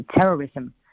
terrorism